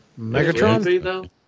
Megatron